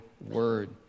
Word